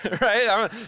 Right